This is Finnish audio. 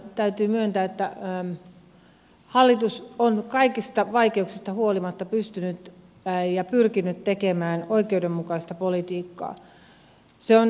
ensinnäkin täytyy myöntää että näinä vaikeina aikoina hallitus on kaikista vaikeuksista huolimatta pystynyt ja pyrkinyt tekemään oikeudenmukaista politiikkaa